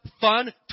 fun